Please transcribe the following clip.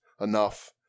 enough